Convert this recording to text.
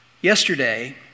Yesterday